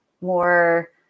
more